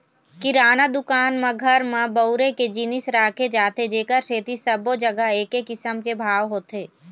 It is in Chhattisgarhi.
किराना दुकान म घर म बउरे के जिनिस राखे जाथे जेखर सेती सब्बो जघा एके किसम के भाव होथे